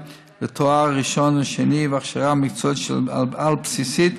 לתואר ראשון ושני והכשרה מקצועית על-בסיסית,